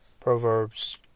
Proverbs